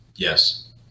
Yes